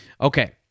Okay